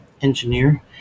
engineer